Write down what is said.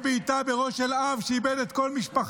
אתם אחראים לחוליגנים שמתגאים בבעיטה בראש של אב שאיבד את כל משפחתו.